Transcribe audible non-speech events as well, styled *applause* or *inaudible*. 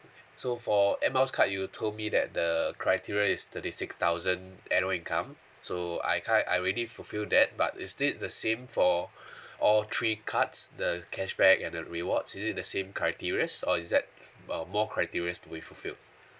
so for air miles card you told me that the criteria is thirty six thousand annual income so I kind I already fulfill that but is this the same for *breath* all three cards the cashback and the rewards is it the same criterias or is that uh more criterias to be fulfilled